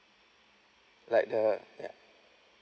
like the what ya